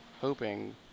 Hoping